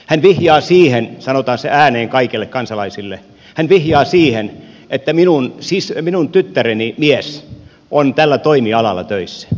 hän vihjaa siihen sanotaan se ääneen kaikille kansalaisille että minun tyttäreni mies on tällä toimialalla töissä